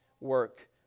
work